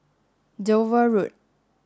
Dover Road